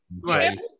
right